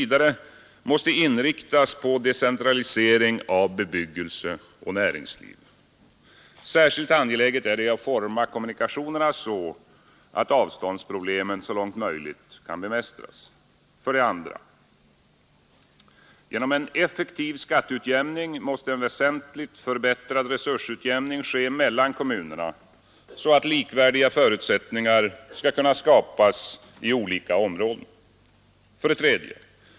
måste inriktas på decentralisering av bebyggelse och näringsliv. Särskilt angeläget är det att forma kommunikationerna så att avståndsproblemen så långt möjligt kan bemästras. 2. Genom en effektivare skatteutjämning måste en väsentligt förbättrad resursutjämning ske mellan kommunerna så att likvärdiga förutsättningar kan skapas i olika områden. 3.